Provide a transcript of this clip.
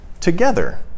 together